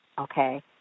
okay